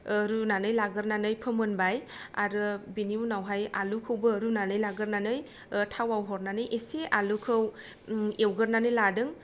ओ रुनानै लागोरनानै फोमोनबाय आरो बिनि उनावहाय आलुखौबो रुनानै लाग्रोनानै ओ थावआव हरनानै इसे आलुखौ ओम एवगोरनानै लादों